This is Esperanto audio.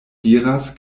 diras